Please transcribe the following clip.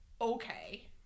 Okay